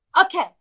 Okay